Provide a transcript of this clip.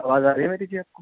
آواز آ رہی ہے میری جی آپ کو